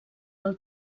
del